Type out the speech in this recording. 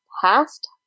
Past